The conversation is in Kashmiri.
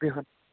بیٚہُن